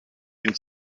ihn